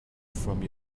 from